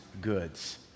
goods